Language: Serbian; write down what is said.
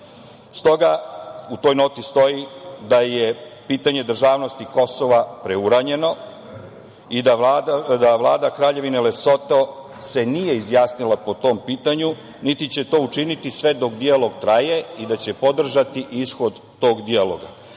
Stoga u toj noti stoji da je pitanje državnosti Kosova preuranjeno i da Vlada Kraljevine Lesoto se nije izjasnila po tom pitanju, niti će to učiniti sve dok dijalog traje i da će podržati ishod tog dijaloga. Takođe,